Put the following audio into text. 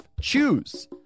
Choose